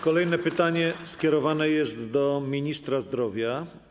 Kolejne pytanie skierowane jest do ministra zdrowia.